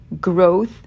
Growth